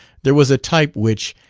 there was a type which,